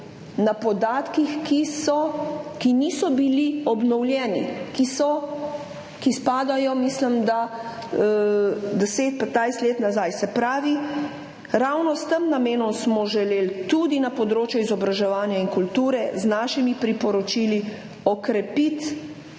na podatkih, ki niso bili obnovljeni, ki spadajo, mislim, da 10, 15 let nazaj. Se pravi, ravno s tem namenom smo želeli tudi na področju izobraževanja in kulture z našimi priporočili okrepiti,